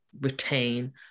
retain